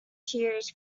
cheers